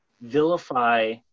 vilify